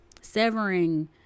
severing